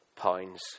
pounds